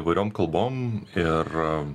įvairiom kalbom ir